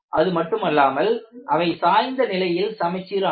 அதுமட்டுமல்லாமல் அவை சாய்ந்த நிலையில் சமச்சீரானவை